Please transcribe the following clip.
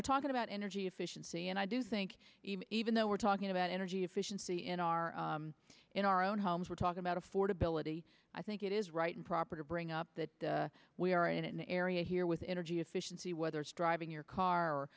we're talking about energy efficiency and i do think even though we're talking about energy efficiency in our in our own homes we're talking about affordability i think it is right and proper to bring up that we are in an area here with energy efficiency whether it's driving your car